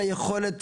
זה היכולת,